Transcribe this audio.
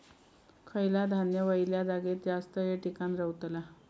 खयला धान्य वल्या जागेत जास्त येळ टिकान रवतला?